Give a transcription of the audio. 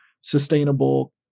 sustainable